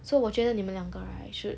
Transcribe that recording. so 我觉得你们两个 right should